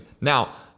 Now